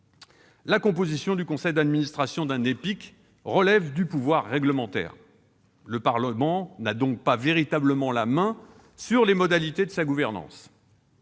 La composition du conseil d'administration d'un ÉPIC relève du pouvoir réglementaire. Le Parlement n'a donc pas véritablement la main sur les modalités de sa gouvernance.